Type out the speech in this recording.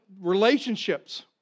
relationships